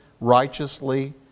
righteously